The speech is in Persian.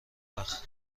وقت